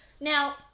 Now